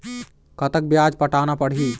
कतका ब्याज पटाना पड़ही?